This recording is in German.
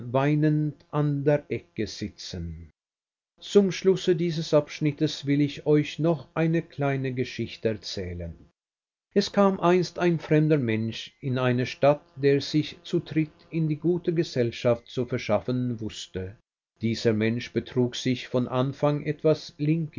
weinend an der ecke sitzen zum schlusse dieses abschnittes will ich euch noch eine kleine geschichte erzählen es kam einst ein fremder mensch in eine stadt der sich zutritt in die gute gesellschaft zu verschaffen wußte dieser mensch betrug sich von anfang etwas